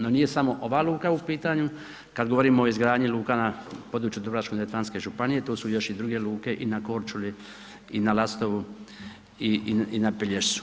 No nije samo ova luka u pitanju, kad govorimo o izgradnji luka na području dubrovačko-neretvanske županije, tu su još i druge luke i na Korčuli i na Lastovu i na Pelješcu.